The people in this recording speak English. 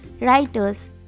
writers